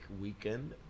weekend